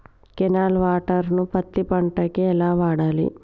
Canal water ను పత్తి పంట కి ఎలా వాడాలి?